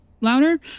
louder